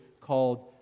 called